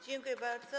Dziękuję bardzo.